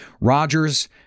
Rodgers